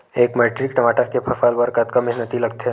एक मैट्रिक टमाटर के फसल बर कतका मेहनती लगथे?